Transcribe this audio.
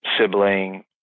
sibling